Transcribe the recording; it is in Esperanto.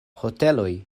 hoteloj